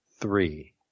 three